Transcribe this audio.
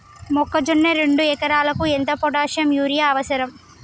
మొక్కజొన్న రెండు ఎకరాలకు ఎంత పొటాషియం యూరియా అవసరం?